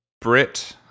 Brit